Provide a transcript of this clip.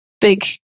big